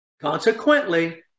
consequently